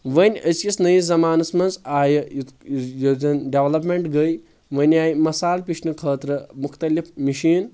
وۄنۍ أزۍ کِس نٔیِس زمانس منٛز آیہِ یُس زن ڈیولپمیٚنٹ گے وۄنۍ آیہِ مسال پشنہٕ خٲطرٕ مختٔلِف مشین